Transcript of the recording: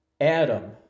adam